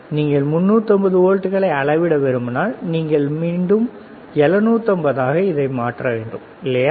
நீங்கள் 350 வோல்ட்டுகளை அளவிட விரும்பினால் நீங்கள் மீண்டும் 750 ஆக மாற்ற வேண்டும் இல்லையா